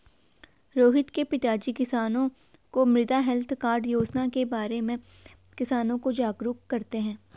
रोहित के पिताजी किसानों को मृदा हैल्थ कार्ड योजना के बारे में किसानों को जागरूक करते हैं